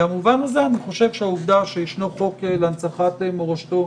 במובן הזה העובדה שישנו חוק להנצחת מורשתו